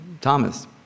Thomas